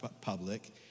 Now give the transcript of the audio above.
public